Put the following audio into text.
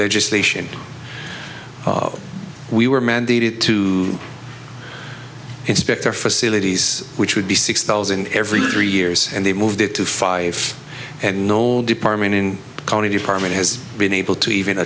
legislation we were mandated to inspect their facilities which would be six thousand every three years and they moved it to five and knoll department in the county department has been able to even